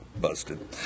busted